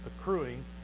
accruing